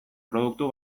produktu